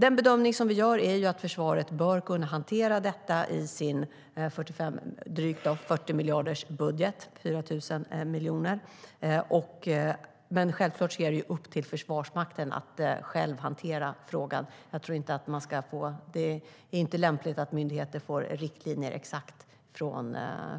Den bedömning vi gör är att försvaret bör kunna hantera detta i sin budget på drygt 40 miljarder, 40 000 miljoner, men självklart är det upp till Försvarsmakten att hantera frågan. Det är inte lämpligt att myndigheten får exakta riktlinjer